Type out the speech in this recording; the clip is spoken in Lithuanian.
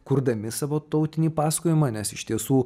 kurdami savo tautinį pasakojimą nes iš tiesų